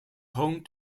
home